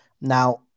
Now